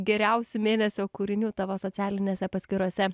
geriausių mėnesio kūrinių tavo socialinėse paskyrose